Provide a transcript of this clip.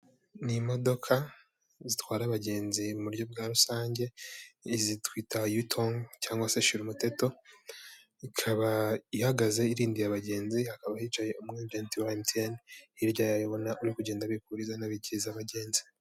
Ni imodoka zitwara abagenzi mu buryo bwa rusange, izi twita yutongo cyangwa se shirumuteto, ikaba ihagaze irindiye abagenzi, hakaba hicaye umu ajenti wa MTN hirya yayo ubona uri kugenda abikuriza ana bikiriza abagenzi.